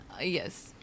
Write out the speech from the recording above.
yes